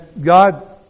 God